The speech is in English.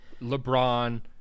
LeBron